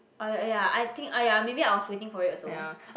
oh ya ya I think ah ya maybe I was waiting for it also